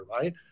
right